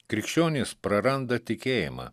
krikščionys praranda tikėjimą